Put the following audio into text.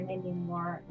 anymore